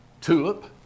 TULIP